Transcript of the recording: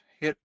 hit